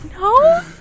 No